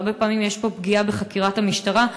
והרבה פעמים יש פה פגיעה בחקירת המשטרה.